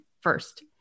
first